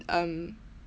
um